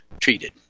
treated